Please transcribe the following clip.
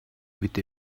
with